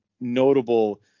notable